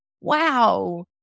wow